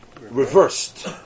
reversed